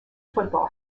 football